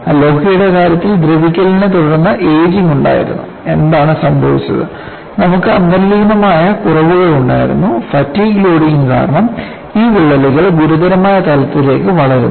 അലോഹയുടെ കാര്യത്തിൽ ദ്രവിക്കലിനെത്തുടർന്ന് ഏജിങ് ഉണ്ടായിരുന്നു എന്താണ് സംഭവിച്ചത് നമുക്ക് അന്തർലീനമായ കുറവുകൾ ഉണ്ടായിരുന്നു ഫാറ്റിഗ് ലോഡിംഗ് കാരണം ഈ വിള്ളലുകൾ ഗുരുതരമായ തലത്തിലേക്ക് വളരുന്നു